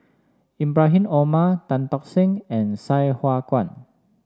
Ibrahim Omar Tan Tock Seng and Sai Hua Kuan